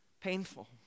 Painful